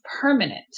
permanent